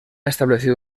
establecido